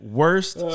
worst